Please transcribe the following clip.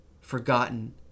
forgotten